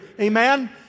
Amen